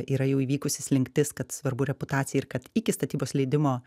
yra jau įvykusi slinktis kad svarbu reputacija ir kad iki statybos leidimo